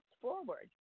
forward